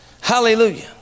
hallelujah